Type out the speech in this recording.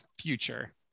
future